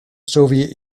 soviet